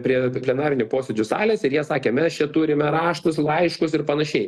prie plenarinių posėdžių salės ir jie sakė mes čia turime raštus laiškus ir panašiai